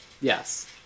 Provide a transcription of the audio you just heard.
Yes